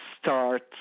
start